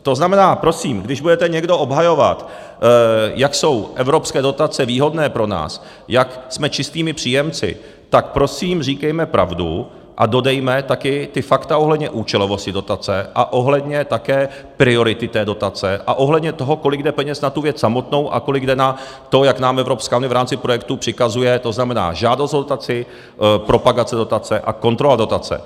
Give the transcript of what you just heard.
To znamená, prosím, když budete někdo obhajovat, jak jsou evropské dotace výhodné pro nás, jak jsme čistými příjemci, tak prosím říkejme pravdu a dodejme také ta fakta ohledně účelovosti dotace a také ohledně priority té dotace a ohledně toho, kolik jde peněz na tu věc samotnou a kolik jde na to, jak nám EU v rámci projektů přikazuje, to znamená žádost o dotaci, propagace dotace a kontrola dotace.